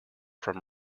from